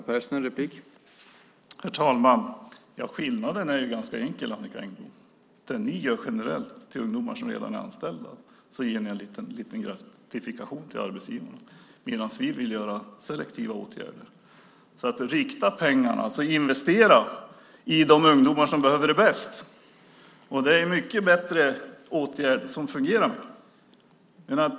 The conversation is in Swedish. Herr talman! Skillnaden är ganska enkel, Annicka Engblom. Det som ni gör generellt när det gäller ungdomar som redan är anställda är att ni ger en liten gratifikation till arbetsgivarna, medan vi vill vidta selektiva åtgärder. Vi vill rikta pengarna till och investera i de ungdomar som behöver det bäst. Det är en mycket bättre åtgärd som fungerar.